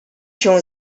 się